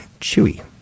Chewy